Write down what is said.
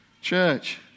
Church